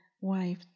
wife